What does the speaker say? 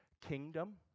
kingdom